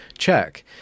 check